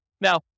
Now